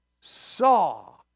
saw